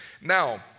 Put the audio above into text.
Now